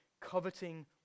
coveting